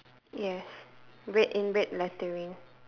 yes red in red lettering